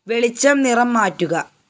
വെളിച്ചം നിറം മാറ്റുക